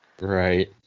Right